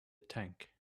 tank